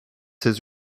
his